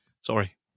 sorry